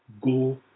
go